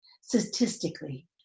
Statistically